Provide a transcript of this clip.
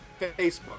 Facebook